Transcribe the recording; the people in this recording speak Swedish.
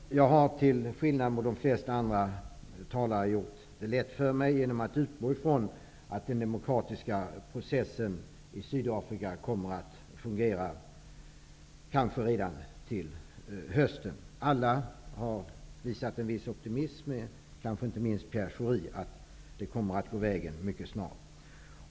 Herr talman! Jag har, till skillnad från de flesta andra talare, gjort det lätt för mig, genom att utgå ifrån att den demokratiska processen i Sydafrika kommer att fungera, kanske redan till hösten. Alla har visat på en viss optimism, inte minst Pierre Schori, om att det kommer att gå vägen mycket snart.